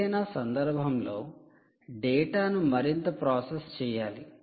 ఏదైనా సందర్భంలో డేటాను మరింత ప్రాసెస్ చేయాలి